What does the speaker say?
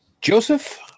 Joseph